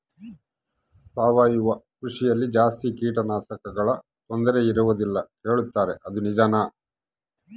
ಸಾವಯವ ಕೃಷಿಯಲ್ಲಿ ಜಾಸ್ತಿ ಕೇಟನಾಶಕಗಳ ತೊಂದರೆ ಇರುವದಿಲ್ಲ ಹೇಳುತ್ತಾರೆ ಅದು ನಿಜಾನಾ?